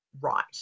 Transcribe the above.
right